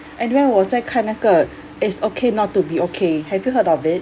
anyway 我在看那个 it's okay not to be okay have you heard of it